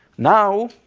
now,